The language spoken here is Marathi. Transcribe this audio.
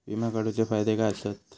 विमा काढूचे फायदे काय आसत?